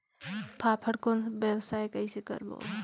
फाफण कौन व्यवसाय कइसे करबो?